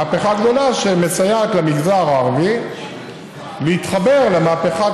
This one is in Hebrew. מהפכה גדולה שמסייעת למגזר הערבי להתחבר למהפכת